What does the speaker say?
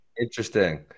Interesting